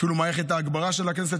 אפילו למערכת ההגברה של הכנסת,